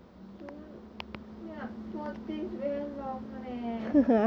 soon like four days very long leh